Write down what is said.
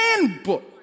handbook